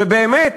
ובאמת,